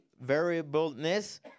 variableness